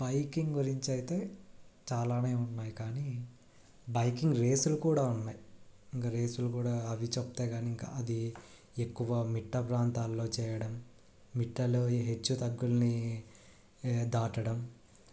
biking గురించి అయితే చాలానే ఉన్నాయి కానీ బైకింగ్ రేసులు కూడా ఉన్నాయి ఇంక రేసులు కూడా అవి చెప్తే కానీ ఇంక అది ఎక్కువ మిట్ట ప్రాంతాల్లో చేయడం మిట్టలో హెచ్చు తగ్గులని దాటడం